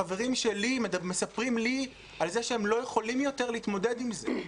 חברים שלי מספרים לי על זה שהם לא יכולים יותר להתמודד עם זה.